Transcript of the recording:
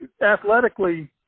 athletically